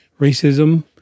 racism